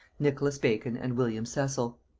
nicholas bacon and william cecil.